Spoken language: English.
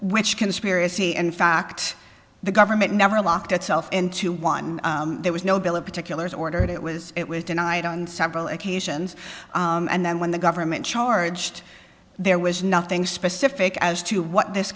which conspiracy and in fact the government never locked itself into one there was no bill of particulars ordered it was it was denied on several occasions and then when the government charged there was nothing specific as to what this